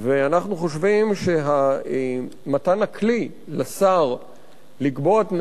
אנחנו חושבים שמתן הכלי לשר לקבוע תנאים